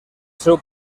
seu